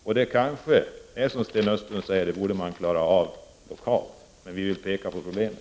Det kan kanske, som Sten Östlund säger, lösas lokalt, men vi vill ändå peka på problemet.